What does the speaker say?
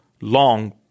long